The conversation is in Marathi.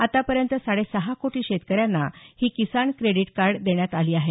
आतापर्यंत साडे सहा कोटी शेतकऱ्यांना ही किसान क्रेडीट कार्ड देण्यात आली आहेत